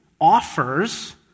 offers